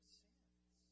sins